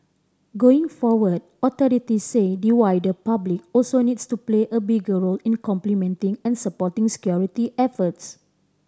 going forward authorities say the wider public also needs to play a bigger role in complementing and supporting security efforts